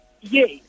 Yes